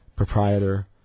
proprietor